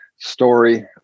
story